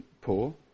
poor